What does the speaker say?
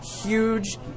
Huge